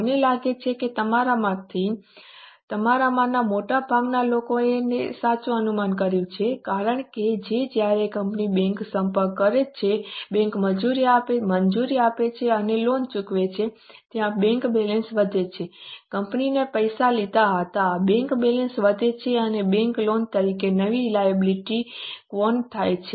મને લાગે છે કે તમારામાંના મોટા ભાગના લોકોએ તે સાચું અનુમાન કર્યું છે કારણ કે જ્યારે કંપની બેંકનો સંપર્ક કરે છે બેંક મંજૂરી આપે છે અને લોન ચૂકવે છે ત્યારે બેંક બેલેન્સ વધે છે કંપનીએ પૈસા લીધા હતા બેંક બેલેન્સ વધે છે અને બેંક લોન તરીકે નવી લાયબિલિટી ક્વોન થાય છે